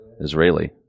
Israeli